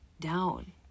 down